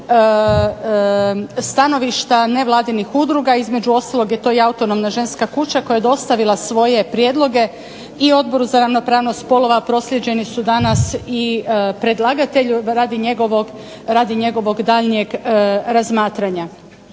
stanovišta nevladinih udruga. Između ostalog je to i Autonomna ženska kuća koja je dostavila svoje prijedloge i Odboru za ravnopravnost spolova proslijeđeni su danas i predlagatelju radi njegovog daljnjeg razmatranja.